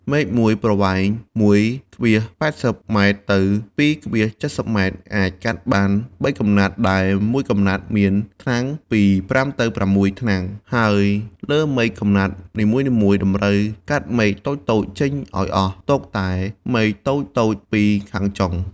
មែកមួយប្រវែង ១,៨០ ម៉ែត្រ ទៅ ២,៧០ ម៉ែត្រ អាចកាត់បាន៣កំណាត់ដែលមួយកំណាត់មានថ្នាំងពី ៥ ទៅ ៦ ថ្នាំង ហើយលើមែកកំណាត់នីមួយៗតម្រូវកាត់មែកតូចៗចេញឱ្យអស់ ទុកតែមែកតូចៗ២ ខាងចុង ។